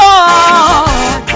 Lord